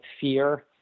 fear